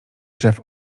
drzew